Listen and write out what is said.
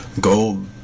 gold